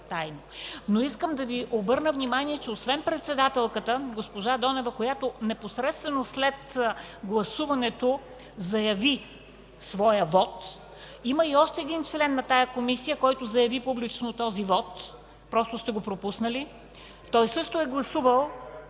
Искам да Ви обърна внимание, че освен председателката – госпожа Донева, която непосредствено след гласуването заяви своя вот, има и още един член на тази Комисия, който заяви публично този вот, просто сте го пропуснали. Той също е гласувал